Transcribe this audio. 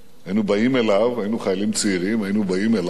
היינו חיילים צעירים, היינו באים אליו,